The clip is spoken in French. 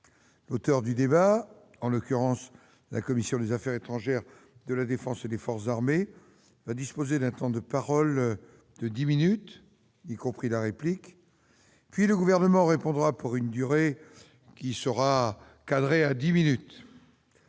L'auteur du débat, en l'occurrence la commission des affaires étrangères, de la défense et des forces armées, disposera d'un temps de parole de dix minutes, y compris la réplique, puis le Gouvernement répondra pour une durée qui ne devra pas excéder dix minutes.